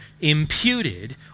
imputed